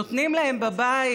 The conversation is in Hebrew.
נותנים להם בבית?